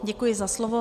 Děkuji za slovo.